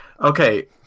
Okay